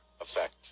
effect